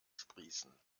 sprießen